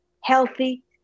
healthy